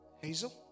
Hazel